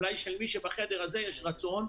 אולי למי שבחדר הזה יש רצון,